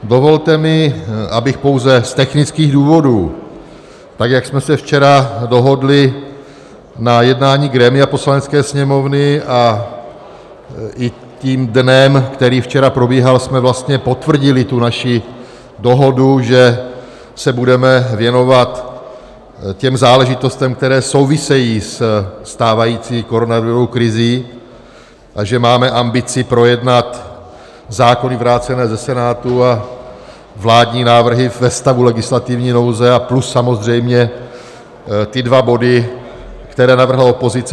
Dovolte mi, abych pouze z technických důvodů, tak jak jsme se včera dohodli na jednání grémia Poslanecké sněmovny, a i tím dnem, který včera probíhal, jsme vlastně potvrdili tu naši dohodu, že se budeme věnovat těm záležitostem, které souvisejí se stávající koronavirovou krizí, a že máme ambici projednat zákony vrácené ze Senátu a vládní návrhy ve stavu legislativní nouze, plus samozřejmě ty dva body, které navrhovala opozice.